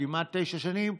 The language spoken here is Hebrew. כמעט תשע שנים,